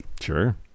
Sure